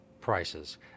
prices